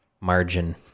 margin